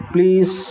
Please